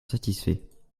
satisfaits